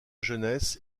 jeunesse